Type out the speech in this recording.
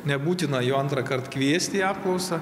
nebūtina jo antrąkart kviesti į apklausą